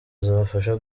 zabafasha